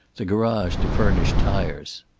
the garage to furnish tires.